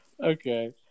Okay